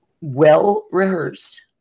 well-rehearsed